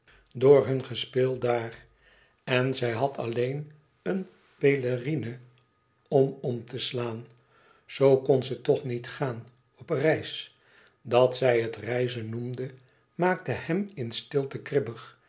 door hun gespeel daar en zij had alleen een pelerine om om te slaan zoo kon ze toch niet gaan op reis dat zij het reizen noemde maakte hem in stilte kribbig